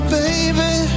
baby